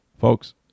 Folks